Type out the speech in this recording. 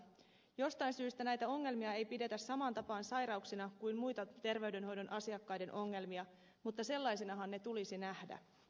jostain syystä näitä ongelmia ei pidetä samaan tapaan sairauksina kuin muita terveydenhoidon asiakkaiden ongelmia mutta sellaisinahan ne tulisi nähdä